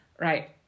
right